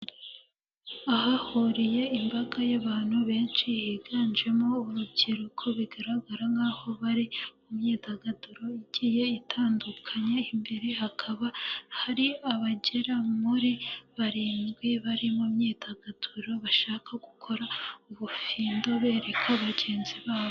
Ahahuriye imbaga y'abantu benshi higanjemo urubyiruko bigaragara nk'aho bari mu myidagaduro igiye itandukanye, imbere hakaba hari abagera muri barindwi bari mu myidagaduro bashaka gukora ubufindo bereka bagenzi babo.